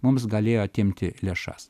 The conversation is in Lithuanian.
mums galėjo atimti lėšas